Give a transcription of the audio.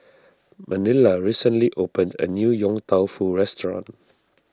Manilla recently opened a new Yong Tau Foo restaurant